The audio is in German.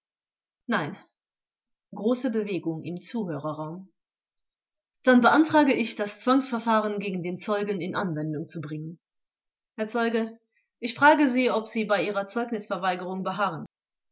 nein große bewegung im zuhörerraum vert dann beantrage ich das zwangsverfahren gegen den zeugen in anwendung zu bringen vors herr zeuge ich frage sie ob sie bei ihrer zeugnisverweigerung beharren